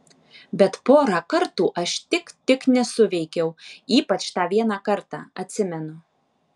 bet porą kartų aš tik tik nesuveikiau ypač tą vieną kartą atsimenu